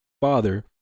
father